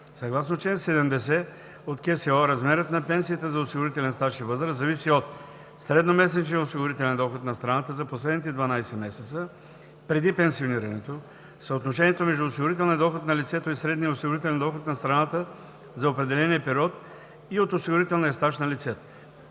социално осигуряване размерът на пенсията за осигурителен стаж и възраст зависи от: средномесечния осигурителен доход на страната за последните 12 месеца преди пенсионирането, съотношението между осигурителния доход на лицето и средния осигурителен доход на страната за определения период и от осигурителния стаж на лицето.